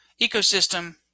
ecosystem